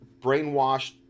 brainwashed